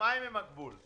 השמיים הם הגבול.